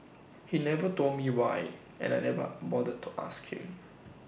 he never told me why and I never bothered to ask him